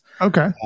Okay